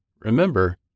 remember